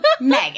megan